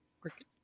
Cricket